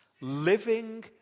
living